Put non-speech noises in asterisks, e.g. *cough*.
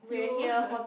you *laughs*